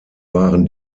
waren